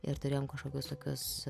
ir turėjom kažkokius tokius